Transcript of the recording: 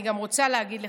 אני גם רוצה להגיד לך,